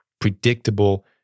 predictable